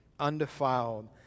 undefiled